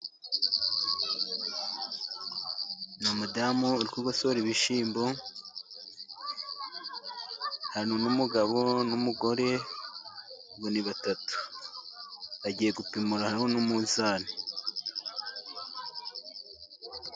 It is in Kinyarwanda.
Ni umadamu uri kusorera ibishyimbo, hari n'umugabo n'umugore, ubwo ni batatu. Bagiye gupimura, hariho n'umunzani.